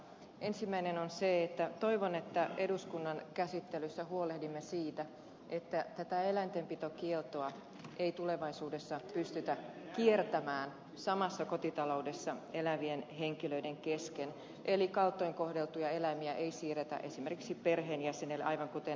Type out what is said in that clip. ensimmäinen on se että toivon että eduskunnan käsittelyssä huolehdimme siitä että tätä eläintenpitokieltoa ei tulevaisuudessa pystytä kiertämään samassa kotitaloudessa elävien henkilöiden kesken eli kaltoin kohdeltuja eläimiä ei siirrettä esimerkiksi perheenjäsenelle aivan kuten ed